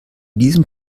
diesem